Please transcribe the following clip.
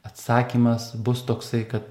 atsakymas bus toksai kad